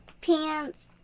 pants